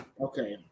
Okay